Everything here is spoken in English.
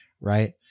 right